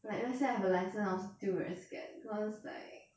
like let's say I have a license hor still very scared cause like